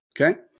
Okay